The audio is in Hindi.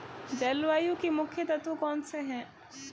जलवायु के मुख्य तत्व कौनसे हैं?